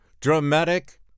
dramatic